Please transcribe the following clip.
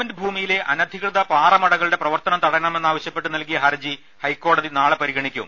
government ഭൂമിയിലെ അനധികൃത പാറമടകളുടെ പ്രവർത്തനം തട യണമെന്നാവശ്യപ്പെട്ട് നൽകിയ ഹർജി ഹൈക്കോടതി നാളെ പരിഗണി ക്കും